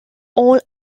all